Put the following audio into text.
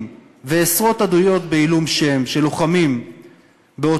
ועשרות עדויות בעילום שם של לוחמים באותו,